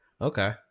Okay